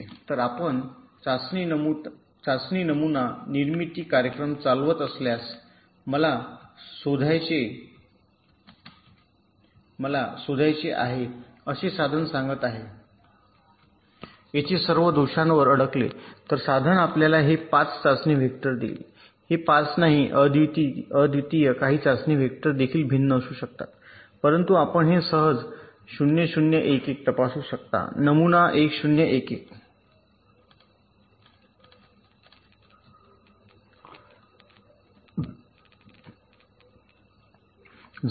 तर आपण चाचणी नमुना निर्मिती कार्यक्रम चालवत असल्यास मला शोधायचे आहे असे साधन सांगत आहे येथे सर्व दोषांवर अडकले तर साधन आपल्याला हे 5 चाचणी वेक्टर देईल हे 5 नाही अद्वितीय काही चाचणी वेक्टर देखील भिन्न असू शकतात परंतु आपण हे सहज 0 0 1 1 तपासू शकता नमुना 1 0 1 1